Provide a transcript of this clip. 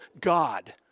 God